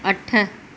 अठ